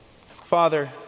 Father